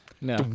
No